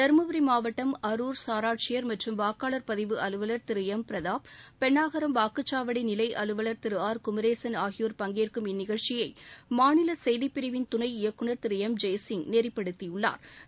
தருமபுரி மாவட்டம் அருர் சார் ஆட்சியர் மற்றும் வாக்காளர் பதிவு அலுவலர் திரு எம் பிரதாப் பெண்ணாகரம் வாக்குச் சாவடி நிலை அலுவவர் திரு ஆர் குமரேசன் ஆகியோர் பங்கேற்கும் இந்நிகழ்ச்சியை மாநில செய்திப் பிரிவின் துணை இயக்குநர் திரு எம் ஜெயசிங் நெறிப்படுத்தியுள்ளாா்